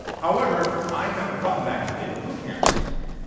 however, i found a problem back in the day with boot camps.